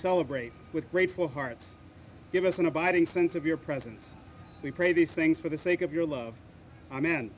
celebrate with grateful hearts give us an abiding sense of your presence we pray these things for the sake of your love